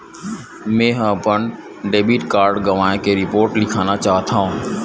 मेंहा अपन debit card गवाए के रिपोर्ट लिखना चाहत हव